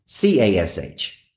CASH